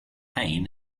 pain